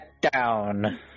down